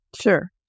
Sure